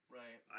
right